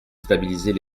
stabiliser